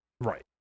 Right